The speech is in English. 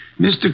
Mr